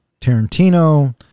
Tarantino